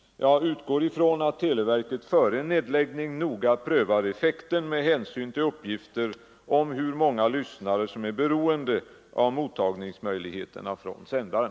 Jag utgår från att televerket före en nedläggning noga prövar effekten med hänsyn till uppgifter om hur många lyssnare som är beroende av mottagningsmöjligheterna från sändaren.